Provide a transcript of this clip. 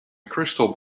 crystal